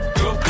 go